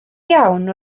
iawn